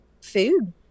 food